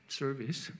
service